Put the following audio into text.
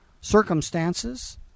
circumstances